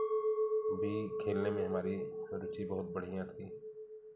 भी खेलने में हमारी रुचि बहुत बढ़िया थी